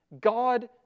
God